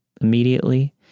Immediately